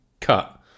cut